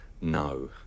no